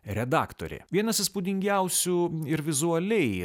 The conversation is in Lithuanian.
redaktorė vienas įspūdingiausių ir vizualiai